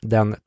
Den